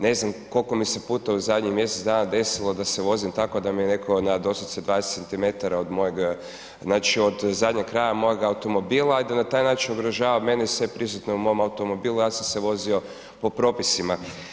Ne znam koliko mi se puta u zadnjih mjesec dana desilo da se vozim tako a da mi netko na doslovce 20cm od mojeg, znači od zadnjeg kraja mojeg automobila i da na taj način ugrožava mene i sve prisutne u mom automobilu a ja sam se vozio po propisima.